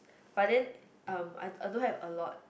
but then um I I don't have a lot